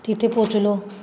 तिथे पोहचलो